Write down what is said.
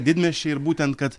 didmiesčiai ir būtent kad